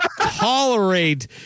tolerate